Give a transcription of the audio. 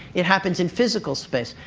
it happens in physical space.